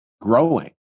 growing